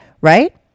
Right